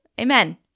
Amen